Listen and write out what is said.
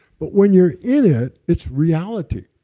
but when you're in it, it's reality.